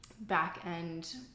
back-end